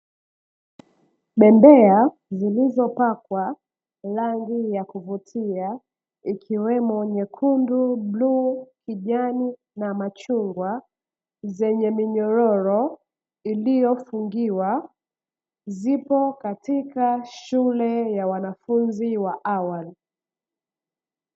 Bembea zilizopakwa rangi ya kuvutia, ikiwemo nyekundu, bluu, kijani na machungwa zenye minyororo iliyofungiwa zipo katika shule ya wanafunzi wa awali.